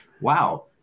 wow